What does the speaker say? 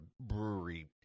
brewery